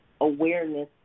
awareness